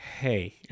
hey